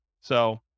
So-